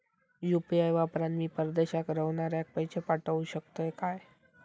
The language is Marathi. यू.पी.आय वापरान मी परदेशाक रव्हनाऱ्याक पैशे पाठवु शकतय काय?